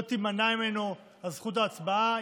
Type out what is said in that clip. לא תימנע ממנו זכות ההצבעה.